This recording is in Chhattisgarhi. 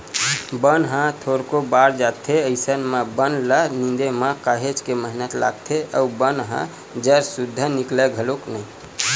बन ह थोरको बाड़ जाथे अइसन म बन ल निंदे म काहेच के मेहनत लागथे अउ बन ह जर सुद्दा निकलय घलोक नइ